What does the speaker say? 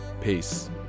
Peace